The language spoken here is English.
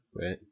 Right